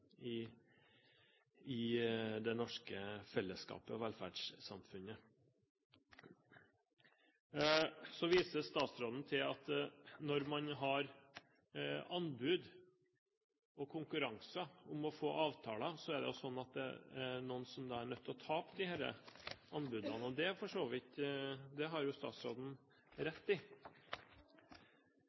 aktørene i det norske fellesskapet og i velferdssamfunnet. Så viste statsråden til at når man har anbud og konkurranse om å få avtaler, er det noen som er nødt til å tape disse anbudene. Det har statsråden rett i.